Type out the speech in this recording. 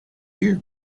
year